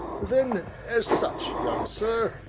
then as such, young sir,